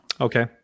okay